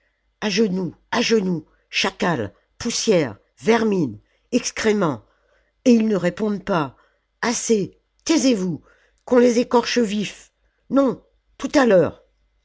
a genoux à genoux chacals poussière vermine excréments et ils ne répondent pas assez taisez-vous qu'on les écorcne vifs non tout à l'heure